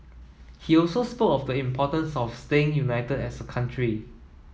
he also spoke of the importance of staying united as a country